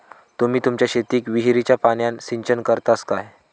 तुम्ही तुमच्या शेतीक विहिरीच्या पाण्यान सिंचन करतास काय?